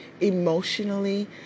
emotionally